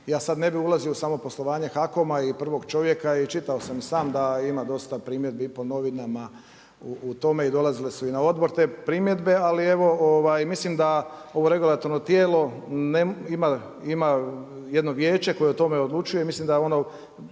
Ja sada ne bi ulazio u samo poslovanje HAKOM-a i prvog čovjeka i čitao sam i sam da ima dosta primjedbi po novinama u tome i dolazile su i na odbor te primjedbe, ali evo mislim da ovo regulatorno tijelo ima jedno vijeće koje o tome odlučuje i mislim da će